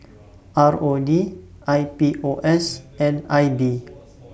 R O D I P O S and I B